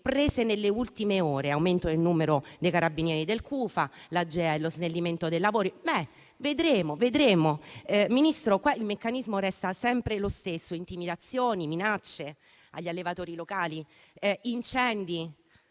prese nelle ultime ore: aumento del numero dei carabinieri del CUFAA, l'Agea e lo snellimento dei lavori. Vedremo Ministro, qui il meccanismo resta sempre lo stesso: intimidazioni, minacce agli allevatori locali, incendi,